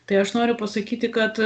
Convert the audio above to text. tai aš noriu pasakyti kad